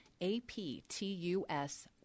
A-P-T-U-S